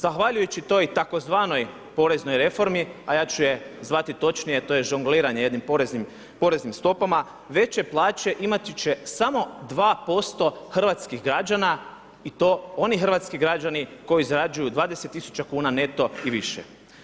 Zahvaljujući toj tzv. poreznoj reformi, a ja ću je zvati točnije, to je žongliranje jednim poreznim stopama, veće plaće imati će samo 2% hrvatskih građana i to oni hrvatski građani koji zarađuju 20 tisuća kuna neto i više.